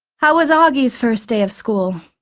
how was auggie's first day of school?